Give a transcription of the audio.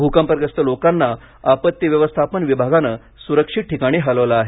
भूकंपग्रस्त लोकांना आपत्ती व्यवस्थापन विभागाने सुरक्षित ठिकाणी हलवले आहे